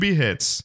hits